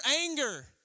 anger